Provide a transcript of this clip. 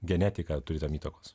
genetika turi tam įtakos